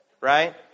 Right